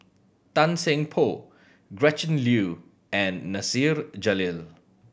Tan Seng Poh Gretchen Liu and Nasir Jalil